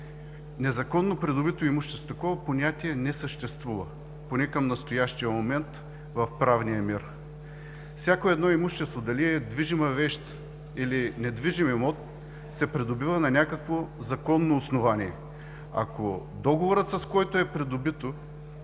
„Незаконно придобито имущество” – такова понятие не съществува, поне към настоящия момент в правния мир. Всяко едно имущество – дали е движима вещ, или недвижим имот, се придобива на някакво законно основание. Ако договорът, с който е придобито